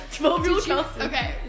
okay